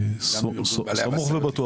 אני סמוך ובטוח.